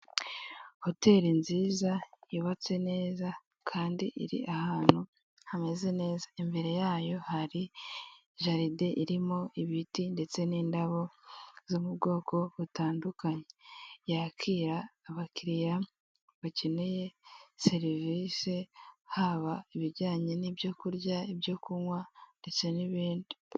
Hoteri nziza yubatse neza kandi iri ahantu hameza neza, imbere yayo hari jaride irimo ibiti ndetse n'indabo zo mu bwoko butanddukanye. Yakira abakiriya bakeneye serivise haba ibijyanye n'ibyo kurya, ibyo kunywa ndetse n'ibindi.